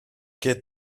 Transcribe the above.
και